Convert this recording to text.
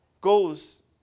goes